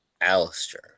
Alistair